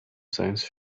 science